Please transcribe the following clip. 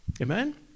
Amen